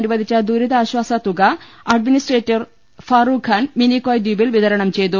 അനു വദിച്ച ദുരിതാശ്ചാസ തുക അഡ്മിനിസ്ട്രേറ്റർ ഫാറൂഖ് ഖാൻ മിനി ക്കോയ് ദ്വീപിൽ വിതരണം ചെയ്തു